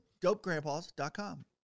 DopeGrandpas.com